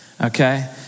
okay